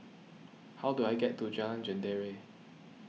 how do I get to Jalan Jendela